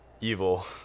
Evil